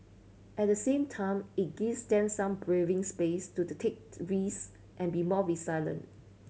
at the same time it gives some breathing space to the take to this and be more resilient